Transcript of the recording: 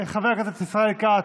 חברי הכנסת ישראל כץ,